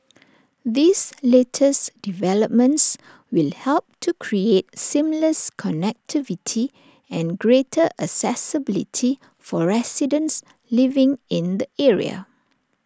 these latest developments will help to create seamless connectivity and greater accessibility for residents living in the area